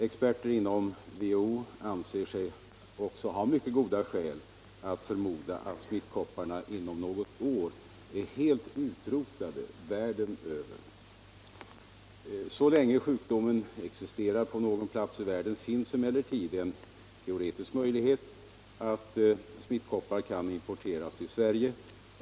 Experter inom WHO anser sig också ha mycket goda skäl att förmoda att smittkopporna inom något år är helt utrotade världen över. Så länge sjukdomen existerar på någon plats i världen finns emellertid en teoretisk möjlighet att smittkopporna kan importeras till Sverige.